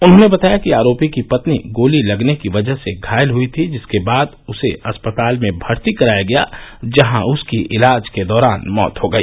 उन्होंने बताया कि आरोपी की पत्नी गोली लगने की वजह से घायल हुई थी जिसके बाद उसे अस्पताल में भर्ती कराया गया जहां उसकी इलाज के दौरान मौत हो गई